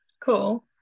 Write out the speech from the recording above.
Cool